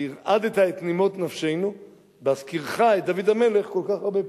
והרעדת את נימות נפשנו בהזכירך את דוד המלך כל כך הרבה פעמים.